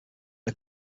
are